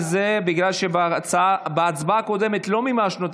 בגלל שבהצבעה הקודמת לא מימשנו את